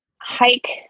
Hike